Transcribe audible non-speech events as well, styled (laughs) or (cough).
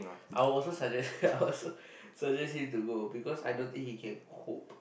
I will also suggest him (laughs) I will also suggest him to go because I don't think he can cope